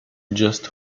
just